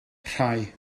rhai